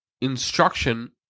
instruction